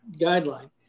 guideline